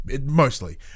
mostly